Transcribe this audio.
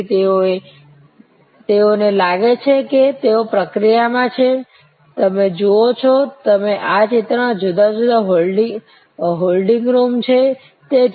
તેથી તેઓને લાગે છે કે તેઓ પ્રક્રિયામાં છે તમે જુઓ છો તેમ આ ચિત્રમાં જુદા જુદા હોલ્ડિંગ રૂમ છે Refer Time 1321